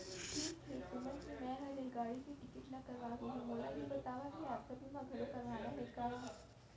ठीक हे तुमन के मैं हर रेलगाड़ी के टिकिट ल करवा दुहूँ, मोला ये बतावा के यातरा बीमा घलौ करवाना हे का?